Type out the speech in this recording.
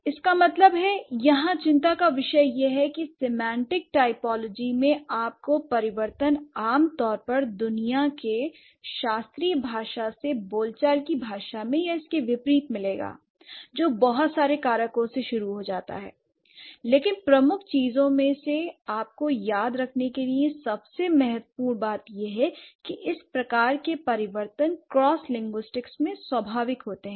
इसका मतलब है यहाँ चिंता का विषय है कि सिमेंटिक टाइपोलॉजी में आपको परिवर्तन आम तौर पर दुनिया के शास्त्रीय भाषा से बोलचाल की भाषा में या इसके विपरीत मिलेगा जो बहुत सारे कारकों से शुरू हो जाता है l लेकिन प्रमुख चीजों में से आपको याद रखने के लिए सबसे महत्त्वपूर्ण बात यह है कि इस प्रकार के परिवर्तन क्रॉस लिंग्विस्टिक्स में स्वाभाविक होते हैं